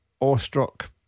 awestruck